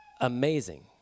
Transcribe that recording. amazing